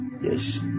Yes